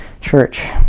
church